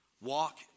walk